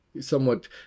somewhat